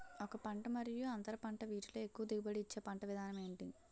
ఒక పంట మరియు అంతర పంట వీటిలో ఎక్కువ దిగుబడి ఇచ్చే పంట విధానం ఏంటి?